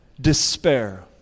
despair